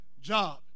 job